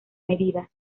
media